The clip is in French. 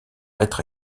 être